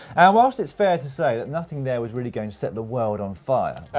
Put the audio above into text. and whilst it's fair to say that nothing there was really going to set the world on fire,